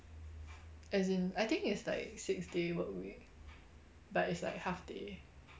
as in I think it's like six day work week but it's like half day